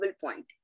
point